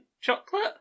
chocolate